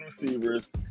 receivers